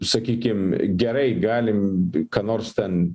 sakykim gerai galim ką nors ten